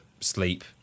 sleep